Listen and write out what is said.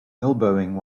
elbowing